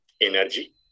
energy